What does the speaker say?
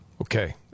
Okay